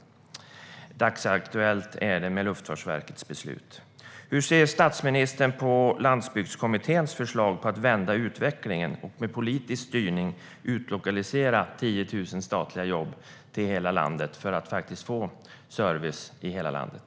Detta är dagsaktuellt i och med Luftfartsverkets beslut. Hur ser statsministern på Landsbygdskommitténs förslag för att vända utvecklingen och med politisk styrning utlokalisera 10 000 statliga jobb till hela landet för att faktiskt få service i hela landet?